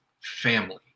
family